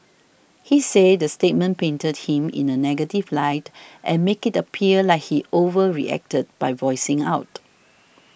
he said the statement painted him in a negative light and make it appear like he overreacted by voicing out